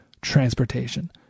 transportation